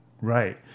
right